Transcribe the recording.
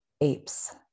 apes